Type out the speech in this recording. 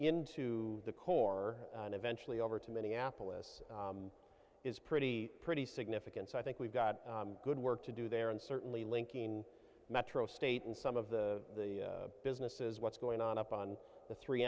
into the core and eventually over to minneapolis is pretty pretty significant so i think we've got good work to do there and certainly linking metro state and some of the businesses what's going on up on the three